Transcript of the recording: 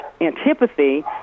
antipathy